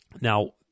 Now